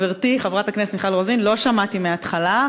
חברתי חברת הכנסת מיכל רוזין: לא שמעתי מההתחלה.